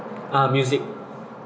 ah music